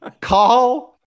Call